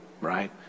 right